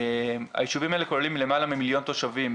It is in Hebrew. היישובים האלה כוללים למעלה ממיליון תושבים,